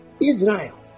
Israel